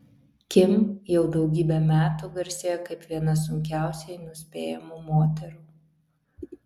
kim jau daugybę metų garsėja kaip viena sunkiausiai nuspėjamų moterų